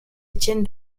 étienne